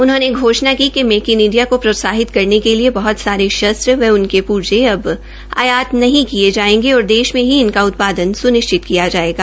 उन्होंने घोषणा की कि मेक इन इंडिया को प्रोत्साहित करने के लिए बहुत सारे शस्त्र व उनके पूर्जे अब आयात नहीं किए जायेंगे और देश में ही इनका उत्पादन सुनिश्चित किया जायेगा